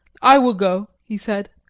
i will go, he said,